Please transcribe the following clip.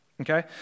Okay